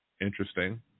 Interesting